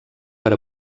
per